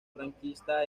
franquista